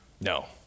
No